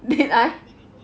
did I